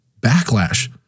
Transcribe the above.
backlash